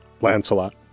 Lancelot